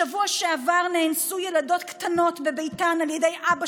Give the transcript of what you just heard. בשבוע שעבר נאנסו ילדות קטנות בביתן על ידי אבא